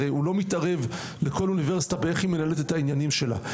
הרי הוא לא מתערב בכל אוניברסיטה איך היא מנהלת את העניינים שלה.